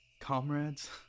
Comrades